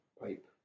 pipe